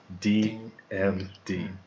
DMD